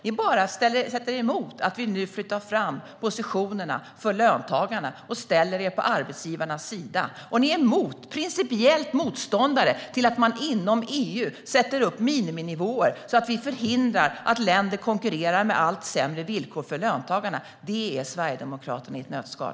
Ni bara sätter er emot att vi nu flyttar fram positionerna för löntagarna och ställer er på arbetsgivarnas sida, och ni är principiellt motståndare till att man inom EU sätter upp miniminivåer, så att vi förhindrar att länder konkurrerar med allt sämre villkor för löntagarna. Det är Sverigedemokraterna i ett nötskal.